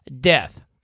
death